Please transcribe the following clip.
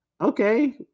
Okay